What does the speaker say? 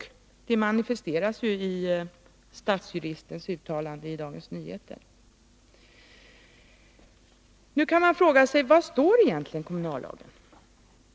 Det manifesteras i stadsjuristens uttalande i Dagens Nyheter. Nu kan man fråga sig vad det egentligen står i kommunallagen.